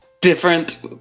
different